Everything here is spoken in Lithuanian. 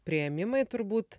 priėmimai turbūt